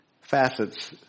facets